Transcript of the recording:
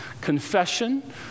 confession